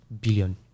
billion